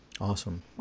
Awesome